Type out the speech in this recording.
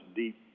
deep